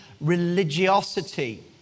religiosity